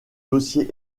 dossiers